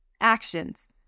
Actions